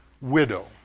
widow